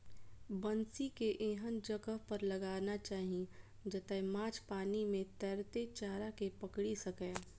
बंसी कें एहन जगह पर लगाना चाही, जतय माछ पानि मे तैरैत चारा कें पकड़ि सकय